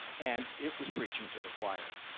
and it was preaching to the choir.